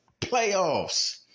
Playoffs